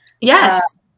Yes